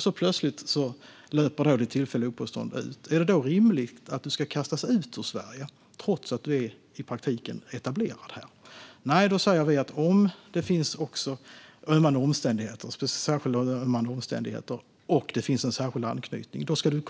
Så plötsligt löper det tillfälliga uppehållstillståndet ut. Är det då rimligt att du ska kastas ut ur Sverige, trots att du i praktiken är etablerad här? Nej. Då säger vi att om det finns särskilt ömmande omständigheter, och det finns en särskild anknytning, då ska du